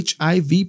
HIV